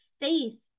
faith